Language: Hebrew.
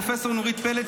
פרופ' נורית פלד,